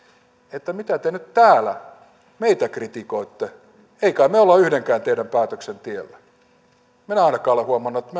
että mitä te nyt täällä meitä kritikoitte emme kai me ole ole yhdenkään teidän päätöksenne tiellä en minä ainakaan ole huomannut että